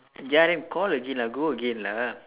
ya then call again lah go again lah